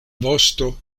vosto